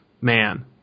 man